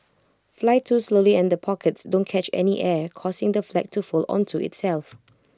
fly too slowly and pockets don't catch any air causing the flag to fold onto itself